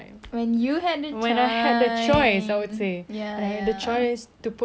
the choice to put my time invest my time in helping someone and I did not